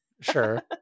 Sure